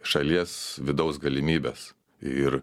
šalies vidaus galimybes ir